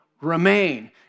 remain